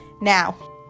now